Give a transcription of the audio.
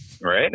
Right